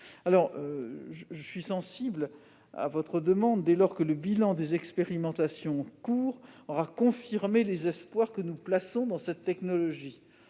Je suis sensible à votre demande, mais attendons que le bilan des expérimentations en cours ait confirmé les espoirs que nous plaçons en cette technologie.